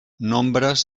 nombres